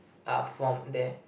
are formed there